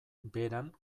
beran